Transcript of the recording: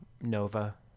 Nova